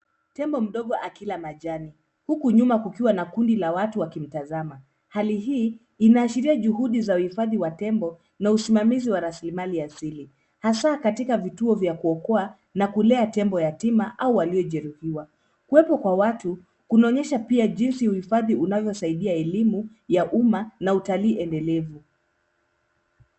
Tembo mdogo akila majani, huku nyuma kukiwa na kundi la watu wakimtazama. Hali hii, ina ashiria juhudi za uhifadhi wa tembo, na usimamizi wa rasilimali asili, hasa katika vituo vya kuokoa na kulea tembo yatima au walio jeruhiwa. Kuwepo kwa watu, kuna onyesha pia, jinsi uhifadhi unavyo saidia elimu ya umma , na utalii endelevu.